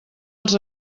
els